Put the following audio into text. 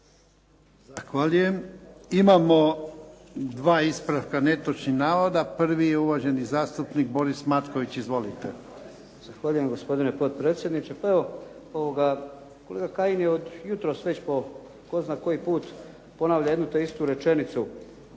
Zahvaljujem. Imamo dva ispravka netočnih navoda. Prvi je uvaženi zastupnik Boris Matković, izvolite. **Matković, Borislav (HDZ)** Zahvaljujem gospodine potpredsjedniče. Pa evo kolega Kajin je od jutros već po tko zna koji put ponavlja jednu te istu rečenicu,